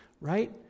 right